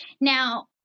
Now